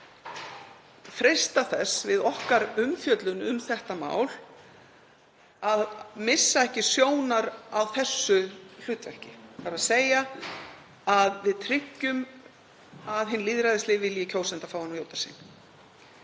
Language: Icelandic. að freista þess við okkar umfjöllun um þetta mál að missa ekki sjónar á því hlutverki, þ.e. að við tryggjum að hinn lýðræðislegi vilji kjósenda fái að njóta sín.